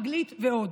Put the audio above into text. אנגלית ועוד,